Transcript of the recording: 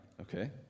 okay